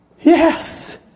Yes